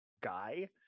guy